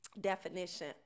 definition